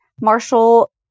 Marshall